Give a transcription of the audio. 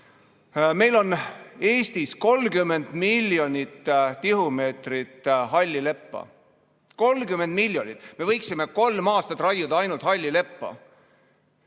Meil on Eestis 30 miljonit tihumeetrit halli leppa. 30 miljonit! Me võiksime kolm aastat raiuda ainult halli leppa,